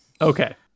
Okay